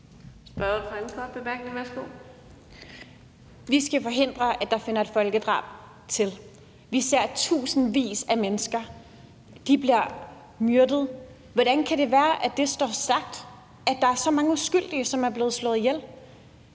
Vi skal forhindre, at der finder et folkedrab sted. Vi ser, at tusindvis af mennesker bliver myrdet. Hvordan kan det være, at det står usagt, at der er så mange uskyldige, som er blevet slået ihjel?